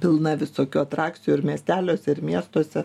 pilna visokių atrakcijų ir miesteliuose ir miestuose